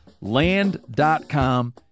Land.com